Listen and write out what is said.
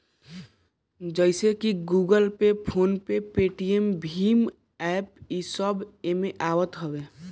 जइसे की Google Pay, PhonePe, Paytm भीम एप्प इस सब एमे आवत हवे